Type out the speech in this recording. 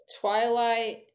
Twilight